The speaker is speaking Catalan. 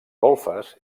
golfes